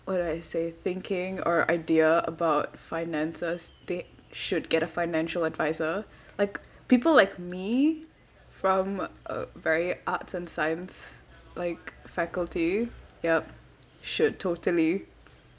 what do I say thinking or idea about finances they should get a financial advisor like people like me from a very arts and science like faculty yup should totally